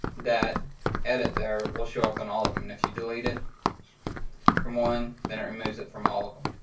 that edit there will show up in all of them. and if you delete it from one, then it removes it from all of them.